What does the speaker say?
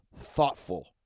thoughtful